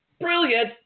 Brilliant